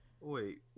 Wait